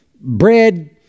bread